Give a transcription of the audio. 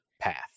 path